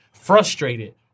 frustrated